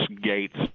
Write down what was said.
gates